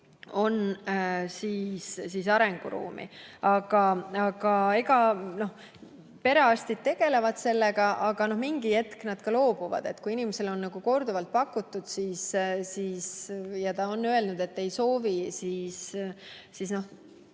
on arenguruumi. Perearstid tegelevad sellega, aga mingi hetk nad loobuvad. Kui inimesele on korduvalt pakutud ja ta on öelnud, et ta ei soovi vaktsiini,